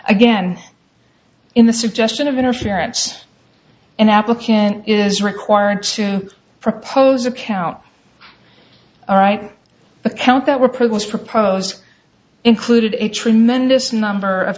again in the suggestion of interference an applicant is required to propose account all right account that were progress propose included a tremendous number of